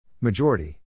Majority